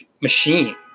machine